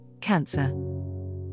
cancer